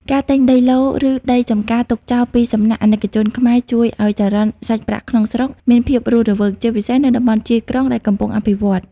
ការទិញដីឡូតិ៍ ឬដីចម្ការទុកចោលពីសំណាក់ អាណិកជនខ្មែរ ជួយឱ្យ "ចរន្តសាច់ប្រាក់ក្នុងស្រុក" មានភាពរស់រវើក ជាពិសេសនៅតំបន់ជាយក្រុងដែលកំពុងអភិវឌ្ឍ។